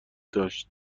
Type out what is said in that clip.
داشت